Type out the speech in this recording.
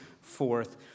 forth